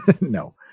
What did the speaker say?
No